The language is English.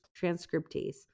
transcriptase